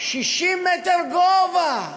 60 מטר גובה.